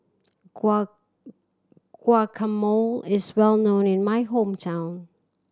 guacamole is well known in my hometown